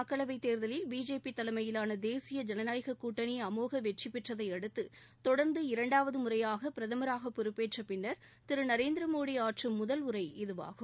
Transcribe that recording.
மக்களவை தேர்தலில் பிஜேபி தலைமையிலாள தேசிய ஜனநாயக கூட்டணி அமோக வெற்றி பெற்றதையடுத்து தொடர்ந்து இரண்டாவது முறையாக பிரதமராக பொறுப்பேற்ற பின்னர் திரு நரேந்திர மோடி ஆற்றும் முதல் உரை இதுவாகும்